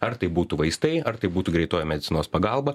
ar tai būtų vaistai ar tai būtų greitoji medicinos pagalba